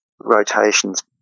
rotations